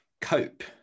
cope